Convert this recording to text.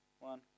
one